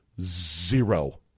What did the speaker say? zero